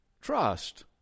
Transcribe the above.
Trust